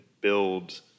build